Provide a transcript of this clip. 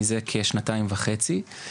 מזה כשנתיים וחצי.